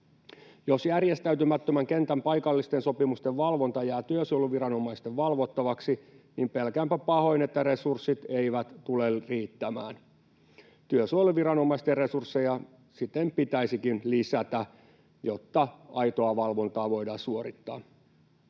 Jos järjestäytymättömän kentän paikallisten sopimusten valvonta jää työsuojeluviranomaisten valvottavaksi, niin pelkäänpä pahoin, että resurssit eivät tule riittämään. Työsuojeluviranomaisten resursseja siten pitäisikin lisätä, jotta aitoa valvontaa voidaan suorittaa.